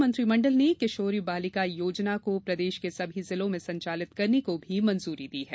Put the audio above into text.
राज्य मंत्रिमंडल ने किशोरी बालिका योजना को प्रदेश के सभी जिलों में संचालित करने को भी मंजूरी दी है